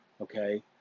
okay